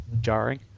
jarring